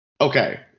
okay